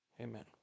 amen